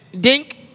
dink